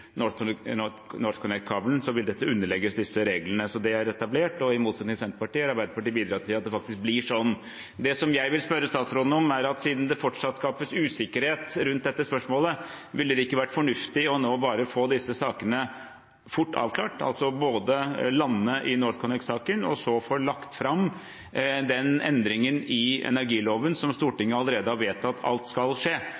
vil dette underlegges disse reglene. Så det er etablert, og i motsetning til Senterpartiet har Arbeiderpartiet bidratt til at det faktisk blir sånn. Det jeg vil spørre statsråden om, siden det fortsatt skapes usikkerhet rundt dette spørsmålet, er: Ville det ikke ha vært fornuftig nå bare å få disse sakene fort avklart, altså lande NorthConnect-saken og så få lagt fram den endringen i energiloven som